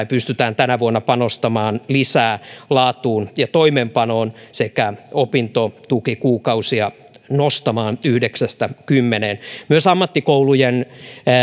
pystytään tänä vuonna panostamaan lisää laatuun ja toimeenpanoon sekä opintotukikuukausia nostamaan yhdeksästä kymmeneen myös ammattikoulujen